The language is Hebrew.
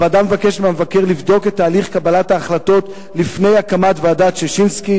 הוועדה מבקשת מהמבקר לבדוק את הליך קבלת ההחלטות לפני הקמת ועדת-ששינסקי